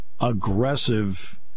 aggressive